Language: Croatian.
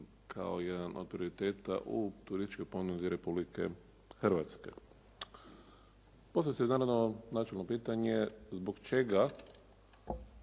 kao jedan od prioriteta u turističkoj ponudi Republike Hrvatske. Poslije se naravno načelo pitanje zbog čega